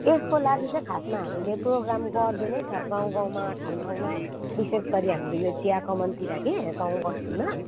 यसको लागि चाहिँ खासमा हामीले प्रोग्राम गर्दै नै छ गाउँ गाउँमा ठाउँ ठाउँमा विशेष गरी हाम्रो यो चियाकमानतिर कि गाउँ बस्तीमा